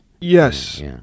Yes